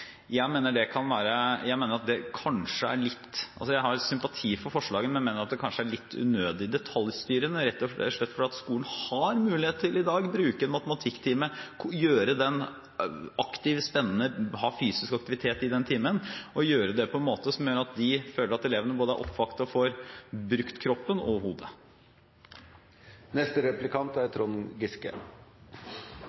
Jeg har sympati for forslaget, men mener at det er litt unødig detaljstyrende, rett og slett fordi skolen har mulighet i dag til å bruke en matematikktime, gjøre den aktiv og spennende og ha fysisk aktivitet i den timen, og gjøre det på en måte som gjør at elevene får brukt både kroppen og hodet.